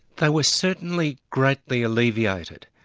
they were certainly greatly alleviated.